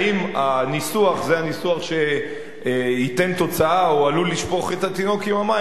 האם הניסוח זה הניסוח שייתן תוצאה או עלול לשפוך את התינוק עם המים?